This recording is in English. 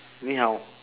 你好